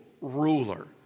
ruler